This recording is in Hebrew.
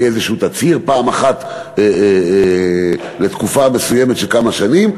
יהיה איזשהו תצהיר פעם אחת לתקופה מסוימת של כמה שנים,